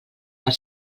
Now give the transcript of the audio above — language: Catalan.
per